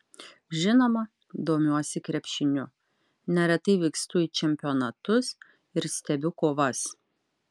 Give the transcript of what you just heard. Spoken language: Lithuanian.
žinoma domiuosi krepšiniu neretai vykstu į čempionatus ir stebiu kovas